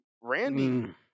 randy